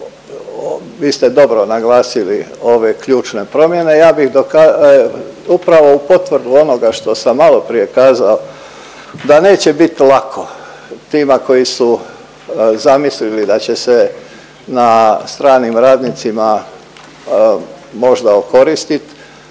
vi ste dobro naglasili ove ključne promjene, ja bih upravo u potvrdu onoga što sam maloprije kazao da neće bi lako tima koji su zamislili da će se na stranim radnicima možda okoristit,